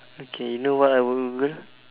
okay know what I will Google